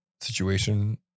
situation